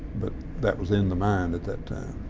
but that was in the mind at that time.